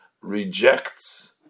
rejects